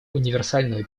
универсального